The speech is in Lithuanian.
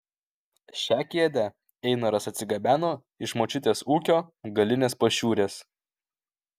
šią kėdę einaras atsigabeno iš močiutės ūkio galinės pašiūrės